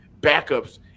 backups